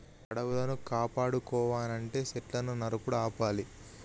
అడవులను కాపాడుకోవనంటే సెట్లును నరుకుడు ఆపాలి